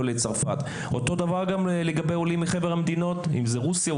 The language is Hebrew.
אותו הדבר לגבי עולים מחבר המדינות רוסיה,